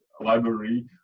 library